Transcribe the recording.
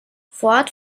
ford